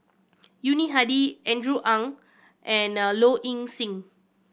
Yuni Hadi Andrew Ang and Low Ing Sing